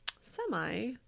semi